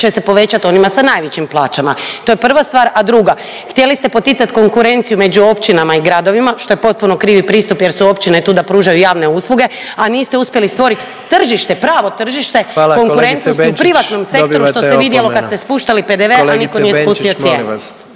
će se povećati onima sa najvećim plaćama, to je prva stvar. A druga, htjeli ste poticati konkurenciju među općinama i gradovima što je potpuno krivi pristup jer su općine tu da pružaju javne usluge, a niste uspjeli stvoriti tržište, pravo tržište … .../Upadica: Hvala kolegice Benčić./... … konkurentnosti u